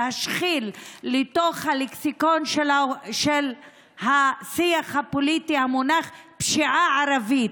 להשחיל לתוך הלקסיקון של השיח הפוליטי את המונח "פשיעה ערבית".